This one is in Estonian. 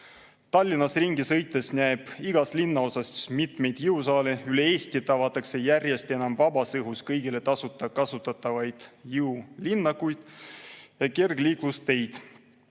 Tallinnas ringi sõites näeb igas linnaosas mitmeid jõusaale, üle Eesti avatakse järjest enam vabas õhus kõigile tasuta kasutatavaid jõulinnakuid ja kergliiklusteid.